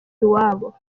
iwabo